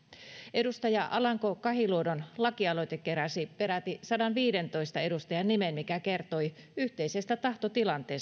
edustaja alanko kahiluodon lakialoite keräsi peräti sadanviidentoista edustajan nimen mikä kertoi yhteisestä tahtotilasta